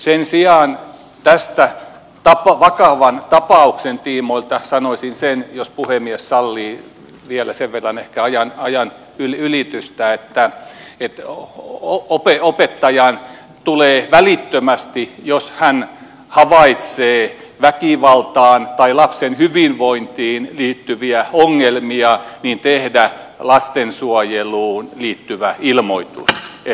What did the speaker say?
sen sijaan tämän vakavan tapauksen tiimoilta sanoisin sen jos puhemies sallii vielä sen verran ehkä ajan ylitystä että opettajan tulee välittömästi jos hän havaitsee väkivaltaa tai lapsen hyvinvointiin liittyviä ongelmia tehdä lastensuojeluun liittyvä ilmoitus